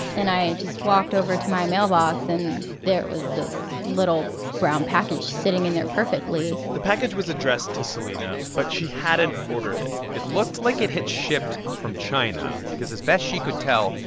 and i just walked over to my mailbox, and there was this little brown package sitting in there perfectly the package was addressed to celina, but she hadn't ordered it. it looked like it had shipped from china because, as best she could tell,